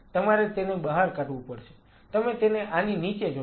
તેથી તમારે તેને બહાર કાઢવું પડશે તમે તેને આની નીચે જોશો